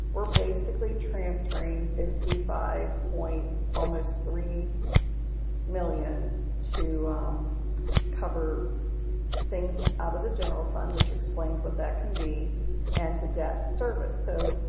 we're basically transferring fifty five point almost three million to cover things out of the general fund, which you explained what that can be and to debt service. so,